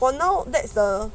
for now that's the